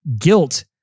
guilt